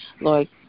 Lord